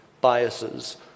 biases